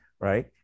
right